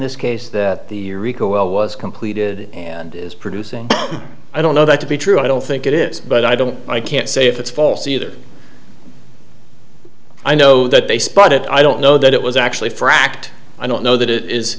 this case that the well was completed and is producing i don't know that to be true i don't think it is but i don't i can't say if it's false either i know that they spot it i don't know that it was actually frakt i don't know that it is